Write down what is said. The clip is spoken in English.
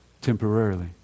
temporarily